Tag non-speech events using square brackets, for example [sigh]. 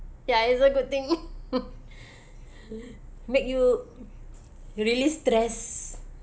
ya is a good thing [laughs] make you release stress